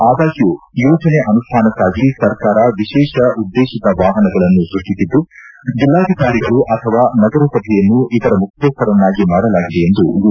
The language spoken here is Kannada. ಆದಾಗ್ನೂ ಯೋಜನೆ ಅನುಷ್ನಾನಕಾಗಿ ಸರ್ಕಾರ ವಿಶೇಷ ಉದ್ದೇಶಿತ ವಾಹನಗಳನ್ನು ಸೃಷ್ಷಿಸಿದ್ದು ಜಿಲ್ಲಾಧಿಕಾರಿಗಳು ಅಥವಾ ನಗರಸಭೆಯನ್ನು ಇದರ ಮುಖ್ಯಸ್ವರನ್ನಾಗಿ ಮಾಡಲಾಗಿದೆ ಎಂದು ಯು